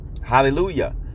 Hallelujah